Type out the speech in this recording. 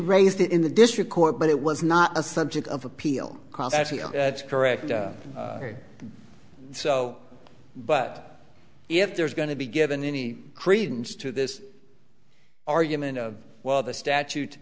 raised it in the district court but it was not a subject of appeal that's correct so but if there's going to be given any credence to this argument of well the statute